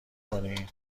کنی